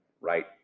right